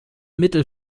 mittel